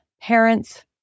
Parents